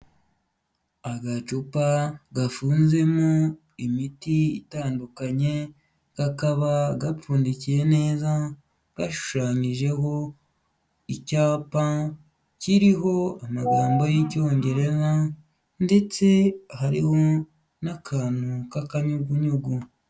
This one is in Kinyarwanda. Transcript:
Agacupa gafunzemo imiti itandukanye, kakaba gapfundikiye neza, gashushanyijeho icyapa kiriho amagambo yIcyongereza, ndetse hari n'akantu k'akanyugunyugu.